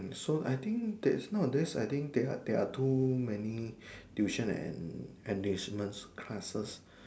so I think that's nowadays I think there are there are too many tuition and enrichment classes